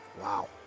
Wow